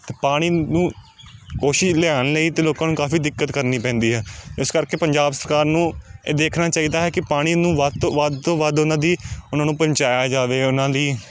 ਅਤੇ ਪਾਣੀ ਨੂੰ ਕੋਸ਼ਿਸ਼ ਲਿਆਉਣ ਲਈ ਅਤੇ ਲੋਕਾਂ ਨੂੰ ਕਾਫ਼ੀ ਦਿੱਕਤ ਕਰਨੀ ਪੈਂਦੀ ਹੈ ਇਸ ਕਰਕੇ ਪੰਜਾਬ ਸਰਕਾਰ ਨੂੰ ਇਹ ਦੇਖਣਾ ਚਾਹੀਦਾ ਹੈ ਕਿ ਪਾਣੀ ਨੂੰ ਵੱਧ ਤੋਂ ਵੱਧ ਤੋਂ ਵੱਧ ਉਹਨਾਂ ਦੀ ਉਹਨਾਂ ਨੂੰ ਪਹੁੰਚਾਇਆ ਜਾਵੇ ਉਹਨਾਂ ਦੀ